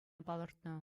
палӑртнӑ